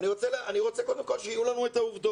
אני רוצה קודם כל שיהיו לנו העובדות.